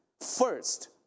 First